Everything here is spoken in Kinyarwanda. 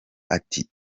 ati